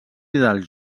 dels